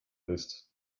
ist